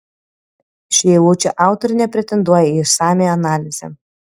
šių eilučių autorė nepretenduoja į išsamią analizę